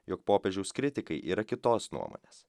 jog popiežiaus kritikai yra kitos nuomonės